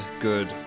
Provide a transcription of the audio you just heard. good